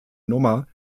nummer